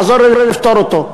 תעזור לי לפתור אותו.